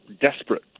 desperate